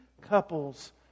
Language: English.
couples